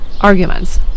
arguments